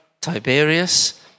Tiberius